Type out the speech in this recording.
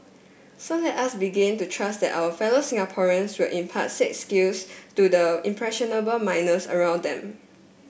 so let us begin to trust that our fellow Singaporeans will impart said skills to the impressionable minors around them